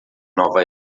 nova